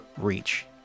reach